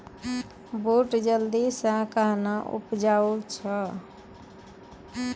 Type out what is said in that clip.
बूट जल्दी से कहना उपजाऊ छ?